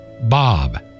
Bob